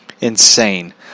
insane